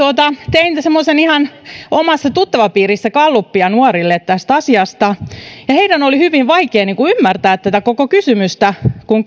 tein ihan omassa tuttavapiirissä gallupia nuorille tästä asiasta heidän oli hyvin vaikea ymmärtää tätä koko kysymystä kun